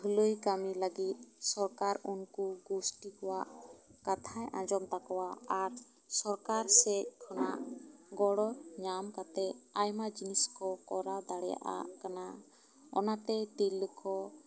ᱵᱷᱟᱹᱞᱟᱹᱭ ᱠᱟᱹᱢᱤ ᱞᱟᱹᱜᱤᱫ ᱥᱚᱨᱠᱟᱨ ᱩᱱᱠᱩ ᱜᱩᱥᱴᱤ ᱠᱚᱣᱟᱜ ᱠᱟᱛᱷᱟᱭ ᱟᱸᱡᱚᱢ ᱛᱟᱠᱚᱣᱟ ᱟᱨ ᱥᱚᱨᱠᱟᱨ ᱥᱮᱫ ᱠᱷᱚᱱᱟᱜ ᱜᱚᱲᱚ ᱧᱟᱢ ᱠᱟᱛᱮᱜ ᱟᱭᱢᱟ ᱡᱤᱱᱤᱥ ᱠᱚ ᱠᱚᱨᱟᱣ ᱫᱟᱲᱮᱭᱟᱜᱼᱟ ᱠᱟᱱᱟ ᱚᱱᱟ ᱛᱮ ᱛᱤᱨᱞᱟᱹ ᱠᱚ